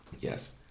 Yes